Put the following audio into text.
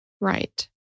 Right